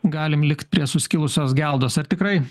galim likt prie suskilusios geldos ar tikrai